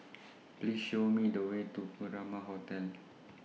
Please Show Me The Way to Furama Hotel